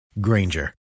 Granger